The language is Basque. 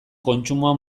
kontsumoa